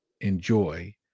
enjoy